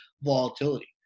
volatility